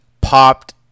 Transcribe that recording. popped